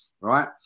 right